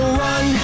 run